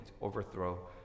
overthrow